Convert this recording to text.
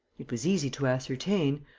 it was easy to ascertain.